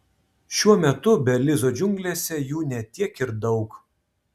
šiuo metu belizo džiunglėse jų ne tiek ir daug